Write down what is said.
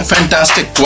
Fantastic